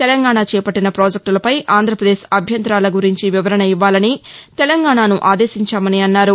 తెలంగాణ చేపట్లిన ప్రాజెక్టులపై ఆంధ్రప్రదేశ్ అభ్యంతరాల గురించి వివరణ ఇవ్వాలని తెలంగాణను ఆదేశించామన్నారు